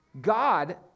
God